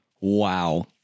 wow